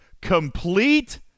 complete